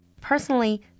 Personally